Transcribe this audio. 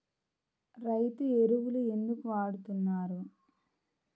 రైతు ఎరువులు ఎందుకు వాడుతున్నారు?